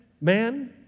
man